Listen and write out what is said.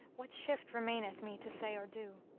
what shift remaineth me to say or do?